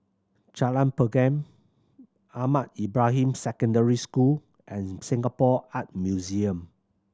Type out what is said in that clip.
Jalan Pergam Ahmad Ibrahim Secondary School and Singapore Art Museum